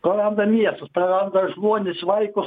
praranda miestus praranda žmones vaikus